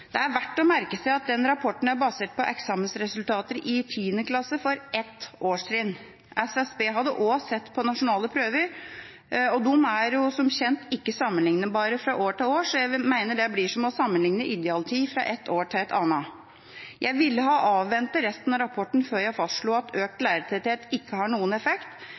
Det er verdt å merke seg at rapporten er basert på eksamensresultater i 10. klasse ett år. SSB hadde også sett på nasjonale prøver. De er som kjent ikke sammenlignbare fra år til år, så jeg mener det blir som å sammenligne idealtid fra ett år til et annet. Jeg ville ha avventet resten av rapporten før jeg fastslo at økt lærertetthet ikke har noen effekt,